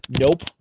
Nope